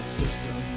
system